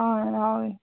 ꯑꯪ ꯌꯥꯎꯏ